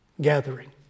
gathering